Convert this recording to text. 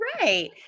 right